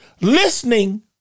listening